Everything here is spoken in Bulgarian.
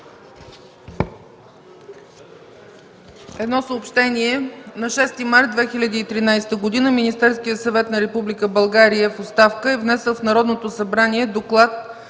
Едно съобщение: на 6 март 2013 г. Министерският съвет на Република България в оставка е внесъл в Народното събрание Доклад